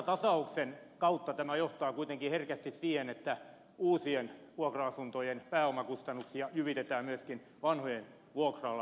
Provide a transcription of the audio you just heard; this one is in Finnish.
vuokratasauksen kautta tämä johtaa kuitenkin herkästi siihen että uusien vuokra asuntojen pääomakustannuksia jyvitetään myöskin vanhojen vuokralla asuvien vuokriin